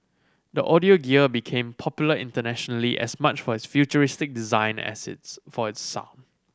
the audio gear became popular internationally as much for its futuristic design as its for its sound